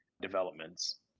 developments